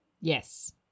Yes